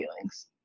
feelings